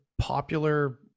popular